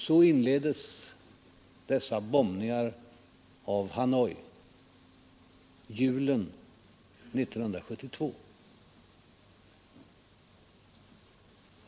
Så inleddes dessa bombningar av Hanoi julen 1972.